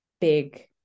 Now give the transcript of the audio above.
big